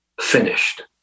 finished